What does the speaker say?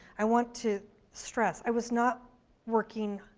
i want to stress, i was not working,